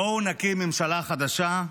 בואו נקים ממשלה חדשה,